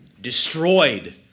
destroyed